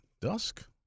dusk